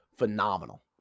Phenomenal